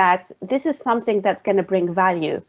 that this is something that's going to bring value.